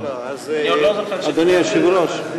אדוני היושב-ראש,